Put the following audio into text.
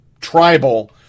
tribal